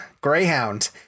Greyhound